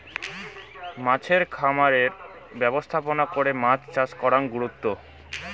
মাছের খামারের ব্যবস্থাপনা করে মাছ চাষ করাং গুরুত্ব